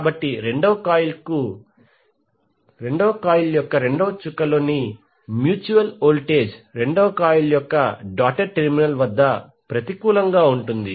కాబట్టి రెండవ కాయిల్ యొక్క రెండవ డాట్ లోని మ్యూచువల్ వోల్టేజ్ రెండవ కాయిల్ యొక్క డాటెడ్ టెర్మినల్ వద్ద ప్రతికూలంగా ఉంటుంది